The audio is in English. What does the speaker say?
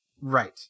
Right